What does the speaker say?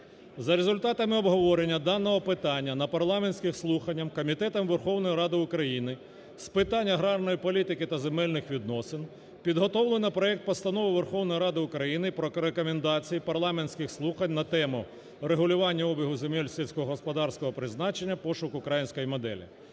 За результатами обговорення даного питання на парламентських слуханнях Комітетом Верховної Ради України з питань агарної політики та земельних відносин підготовлено проект Постанови Верховної Ради України про Рекомендації парламентських слухань на тему: "Регулювання обігу земель сільськогосподарського призначення: пошук української моделі".